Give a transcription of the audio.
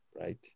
Right